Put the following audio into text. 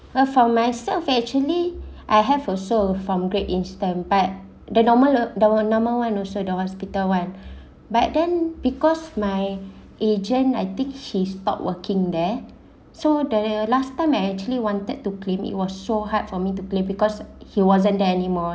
uh for myself actually I have also from Great Eastern but the normal the normal [one] also the hospital [one] but then because my agent I think he stop working there so the last time I actually wanted to claim it was so hard for me to claim because he wasn't there anymore